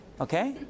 okay